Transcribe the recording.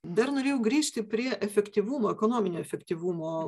dar norėjau grįžti prie efektyvumo ekonominio efektyvumo